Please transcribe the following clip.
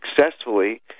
successfully